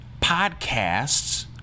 podcasts